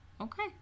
Okay